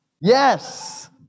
Yes